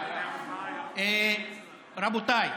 רבותיי,